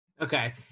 Okay